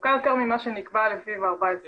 ארוכה יותר ממה שנקבע --- ה-14 יום.